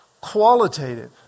qualitative